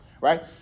right